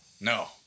No